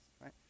right